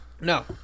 no